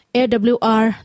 awr